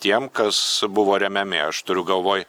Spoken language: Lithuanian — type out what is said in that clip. tiem kas buvo remiami aš turiu galvoj